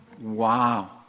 Wow